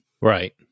Right